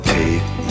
take